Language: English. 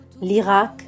l'Irak